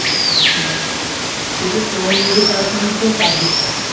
تُلِو تُہٕنٛدِ موٗجوٗب کرَس وَنۍ بہٕ تیٚلہِ ژَتجی ساس